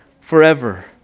forever